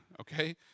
Okay